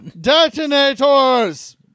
Detonators